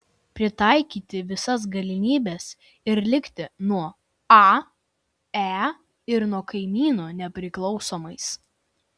pritaikyti visas galimybes ir likti nuo ae ir nuo kaimynų nepriklausomais